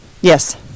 Yes